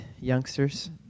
youngsters